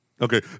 Okay